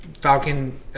Falcon